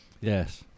Yes